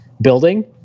building